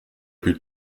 più